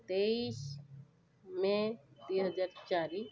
ତେଇଶ ମେ ଦୁଇହଜାର ଚାରି